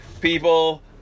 people